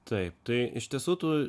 taip tai iš tiesų tų